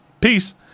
Peace